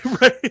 Right